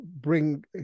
bring